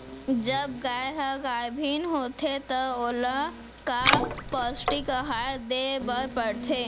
जब गाय ह गाभिन होथे त ओला का पौष्टिक आहार दे बर पढ़थे?